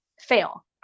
fail